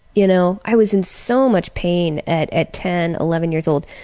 you know, i was in so much pain at at ten, eleven years old.